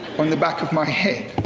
on the back of my head.